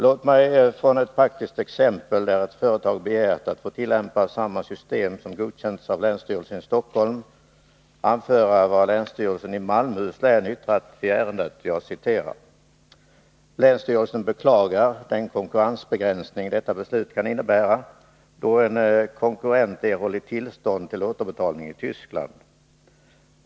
Låt mig från ett praktiskt exempel där ett företag begärt att få tillämpa samma system som godkänts av länsstyrelsen i Stockholms län anföra vad länsstyrelsen i Malmöhus län yttrat i ärendet: ”Länsstyrelsen beklagar den konkurrensbegränsning detta beslut kan innebära, då en konkurrent ——- erhållit tillstånd till återbetalning i Tyskland.